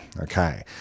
okay